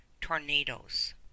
Tornadoes